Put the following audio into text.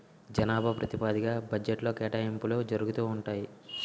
జనాభా ప్రాతిపదిగ్గా బడ్జెట్లో కేటాయింపులు జరుగుతూ ఉంటాయి